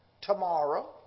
tomorrow